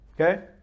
Okay